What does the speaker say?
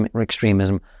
extremism